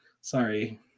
Sorry